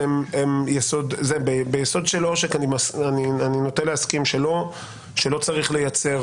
ביסוד של עושק אני נוטה להסכים שלא צריך לייצר